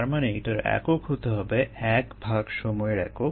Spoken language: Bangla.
তার মানে এটার একক হতে হবে ১সময়ের একক